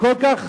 שכל כך